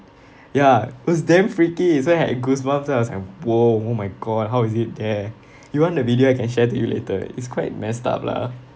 ya it was damn freaky so I had goosebumps ah so I'm !whoa! oh my god how is it there you want the video I can share to you later it's quite messed up lah